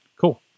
Cool